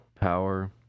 power